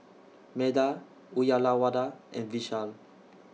Medha Uyyalawada and Vishal